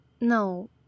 No